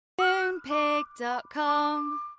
Moonpig.com